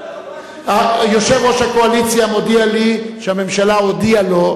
יושב-ראש הקואליציה מודיע לי שהממשלה הודיעה לו,